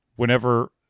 Whenever